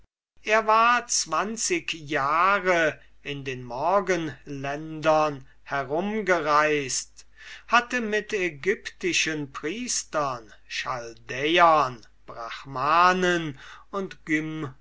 er war zwanzig jahre in den morgenländern herumgereist hatte mit ägyptischen priestern chaldäern brachmanen und